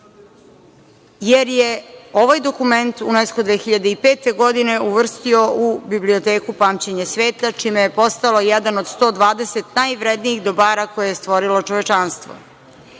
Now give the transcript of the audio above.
jer je ovaj dokument Unesko 2005. godine uvrstio u biblioteku „Pamćenje sveta“, čime je postalo jedan od 120 najvrednijih dobara koje je stvorilo čovečanstvo. Imamo